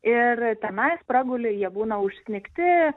ir tenais praguli jie būna užsnigti